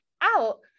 out